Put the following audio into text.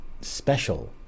special